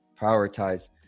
prioritize